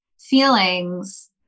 feelings